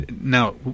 now